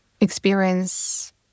experience